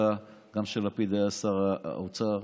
גם כאשר לפיד היה שר האוצר,